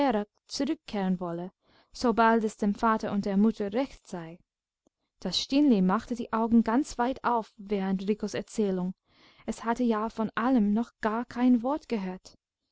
zurückkehren wolle sobald es dem vater und der mutter recht sei das stineli machte die augen ganz weit auf während ricos erzählung es hatte ja von allem noch gar kein wort gehört